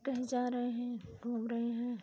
कहीं जा रहे हैं घूम रहे हैं